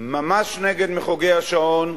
ממש נגד מחוגי השעון,